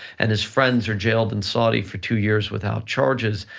and his friends are jailed in saudi for two years without charges,